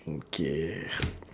okay